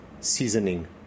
seasoning